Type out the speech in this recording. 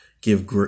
give